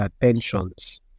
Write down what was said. tensions